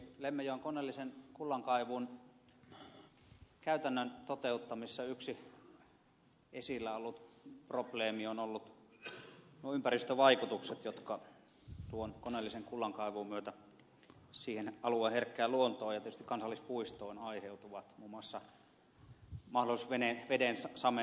lemmenjoen koneellisen kullankaivun käytännön toteuttamisessa yksi esillä ollut probleemi on ollut ympäristövaikutukset jotka tuon koneellisen kullankaivun myötä siihen alueen herkkään luontoon ja tietysti kansallispuistoon aiheutuvat muun muassa mahdollisesti veden samentuminen